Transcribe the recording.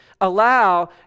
allow